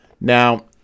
Now